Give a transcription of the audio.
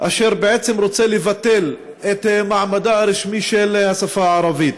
אשר בעצם נועד לבטל את מעמדה הרשמי של השפה הערבית.